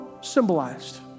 symbolized